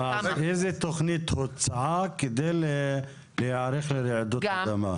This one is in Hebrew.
איזה תכנית הוצעה כדי להיערך לרעידות אדמה?